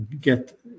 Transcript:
get